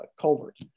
culvert